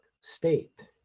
State